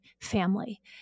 family